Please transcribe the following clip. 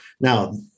Now